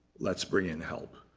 let's bring in help.